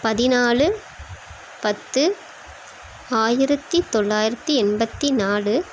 பதினாலு பத்து ஆயிரத்து தொள்ளாயிரத்து எண்பத்து நாலு